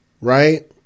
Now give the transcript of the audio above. right